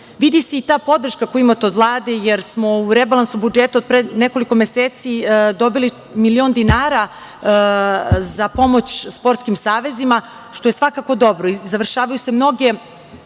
vidi. Vidi se i ta podrška koju imate od Vlade, jer smo u rebalansu budžeta pre nekoliko meseci dobili milion dinara za pomoć sportskim savezima, što je svakako dobro. Završavaju se mnogi